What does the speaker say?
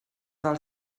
del